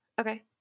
Okay